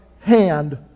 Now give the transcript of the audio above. hand